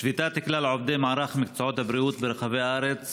שביתת כלל עובדי מערך מקצועות הבריאות ברחבי הארץ